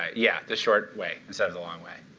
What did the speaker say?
yeah, the short way instead of the long way.